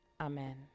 Amen